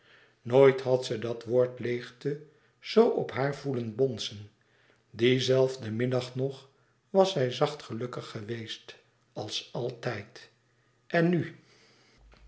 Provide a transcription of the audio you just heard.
nooit had ze dat woord leêgte zoo op zich voelen bonsen dien zelfden middag nog was zij zacht gelukkig geweest als altijd en nu